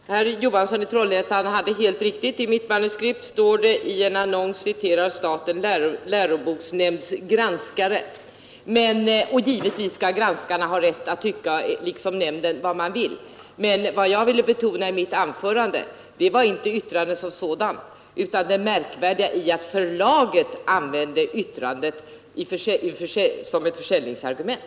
Herr talman! Herr Johansson i Trollhättan hade helt rätt. I mitt manuskript står det: ”I en annons citerar statens läroboksnämnds granskare ———.” Givetvis skall granskarna, liksom nämnden, ha rätt att tycka vad man vill, men vad jag vill betona i mitt anförande var inte yttrandet som sådant utan det märkvärdiga i att förlaget använde yttrandet som ett försäljningsargument.